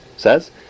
Says